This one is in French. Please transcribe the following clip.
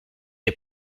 les